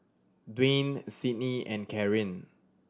Dwayne Cydney and Caryn